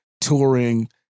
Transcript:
touring